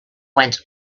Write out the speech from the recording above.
went